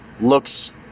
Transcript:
looks